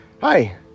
Hi